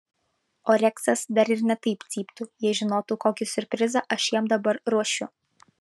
o reksas dar ir ne taip cyptų jei žinotų kokį siurprizą aš jam dabar ruošiu